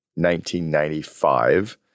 1995